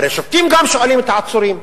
הרי שופטים גם שואלים את העצורים.